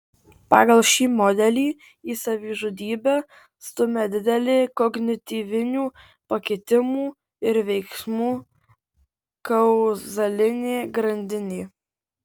pagal šį modelį į savižudybę stumia didelė kognityvinių pakitimų ir veiksmų kauzalinė grandinė